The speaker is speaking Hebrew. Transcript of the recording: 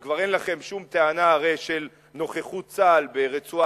והרי כבר אין לכם שום טענה של נוכחות צה"ל ברצועת-עזה,